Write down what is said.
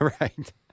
Right